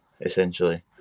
essentially